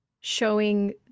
showing